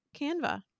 Canva